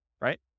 right